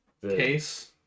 Case